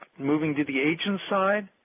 moving to the agent side,